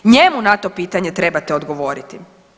Njemu na to pitanje trebate odgovoriti.